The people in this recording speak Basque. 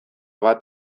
bat